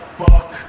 fuck